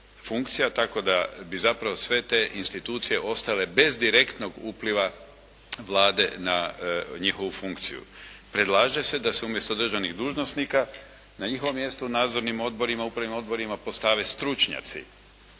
tako da bi zapravo sve te institucije ostale bez direktnog upliva Vlade na njihovu funkciju. Predlaže se da se umjesto državnih dužnosnika na njihovo mjesto u nadzornim odborima, upravnim odborima postave stručnjaci,